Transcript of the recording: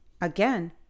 again